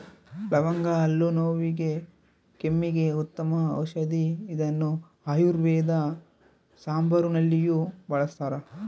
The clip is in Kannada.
ಲವಂಗ ಹಲ್ಲು ನೋವಿಗೆ ಕೆಮ್ಮಿಗೆ ಉತ್ತಮ ಔಷದಿ ಇದನ್ನು ಆಯುರ್ವೇದ ಸಾಂಬಾರುನಲ್ಲಿಯೂ ಬಳಸ್ತಾರ